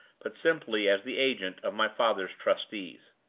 but simply as the agent of my father's trustees.